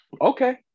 Okay